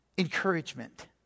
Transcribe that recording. encouragement